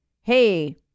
hey